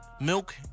Milk